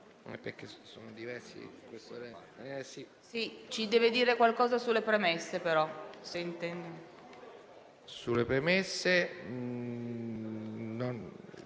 Ci deve dire qualcosa sulle premesse, però.